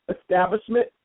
establishment